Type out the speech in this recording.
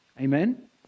Amen